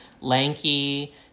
lanky